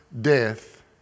death